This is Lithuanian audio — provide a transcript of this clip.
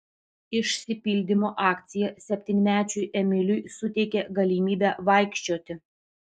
išsipildymo akcija septynmečiui emiliui suteikė galimybę vaikščioti